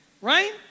right